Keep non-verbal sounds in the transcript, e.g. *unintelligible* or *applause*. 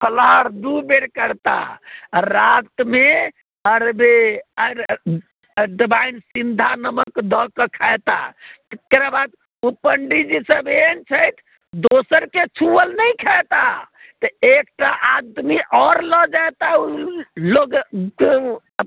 फलाहार दुबेर करताह आ रातिमे अरवे अरवाइन सेन्धा नमक दए कऽ खयताह तेकर बाद ओ पण्डिजी सब एहन छथि दोसरके छुअल नहि खयताह एकटा आदमी आओर लऽ जेताह ओ लोग *unintelligible*